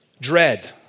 dread